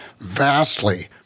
vastly